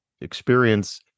experience